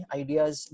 ideas